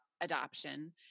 adoption